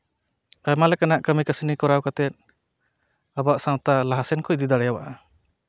ᱟᱭᱢᱟ ᱞᱮᱠᱟᱱᱟᱜ ᱠᱟᱹᱢᱤ ᱠᱟᱹᱥᱱᱤ ᱠᱚᱨᱟᱣ ᱠᱟᱛᱮᱫ ᱟᱵᱚᱣᱟᱜ ᱥᱟᱶᱛᱟ ᱞᱟᱦᱟ ᱥᱮᱱ ᱠᱚ ᱤᱫᱤ ᱫᱟᱲᱮᱭᱟᱜᱼᱟ